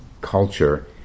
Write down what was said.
culture